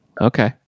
okay